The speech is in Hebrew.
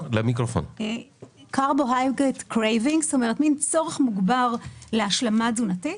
מין צורך מוגבר להשלמה תזונתית,